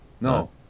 No